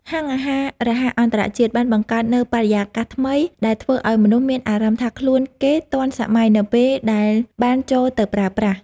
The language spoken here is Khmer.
ហាងអាហាររហ័សអន្តរជាតិបានបង្កើតនូវបរិយាកាសថ្មីដែលធ្វើឲ្យមនុស្សមានអារម្មណ៍ថាខ្លួនគេទាន់សម័យនៅពេលដែលបាន ចូលទៅប្រើប្រាស់។